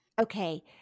Okay